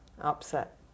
upset